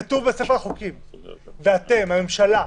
כתוב בספר החוקים ואתם, הממשלה,